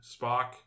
Spock